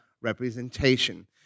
representation